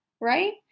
Right